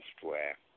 software